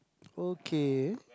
okay